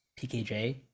PKJ